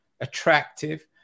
attractive